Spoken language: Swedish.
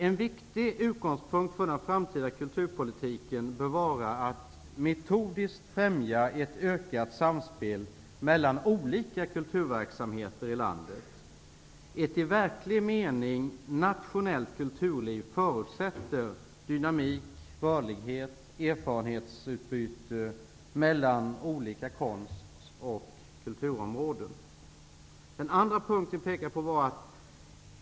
En viktig utgångspunkt för den framtida kulturpolitiken bör vara att metodiskt främja ett ökat samspel mellan olika kulturverksamheter i landet. Ett i verklig mening nationellt kulturliv förutsätter dynamik, rörlighet och erfarenhetsutbyte mellan olika konst och kulturområden.